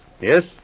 Yes